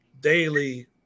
daily